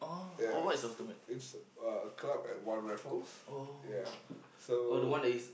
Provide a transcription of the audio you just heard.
ya it's it's uh a club at One-Raffles ya so